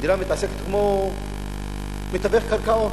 המדינה מתעסקת כמו מתווך קרקעות.